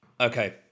Okay